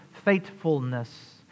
Faithfulness